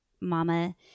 mama